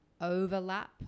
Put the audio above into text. overlap